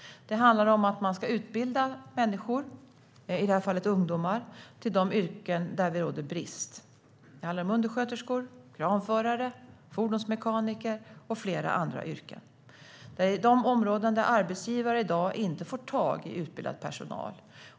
Det handlar om att utbilda människor, i det här fallet ungdomar, till de yrken där det råder brist. Det handlar om undersköterskor, kranförare, fordonsmekaniker och flera andra yrken. Det är de områden där arbetsgivare i dag inte får tag i utbildad personal.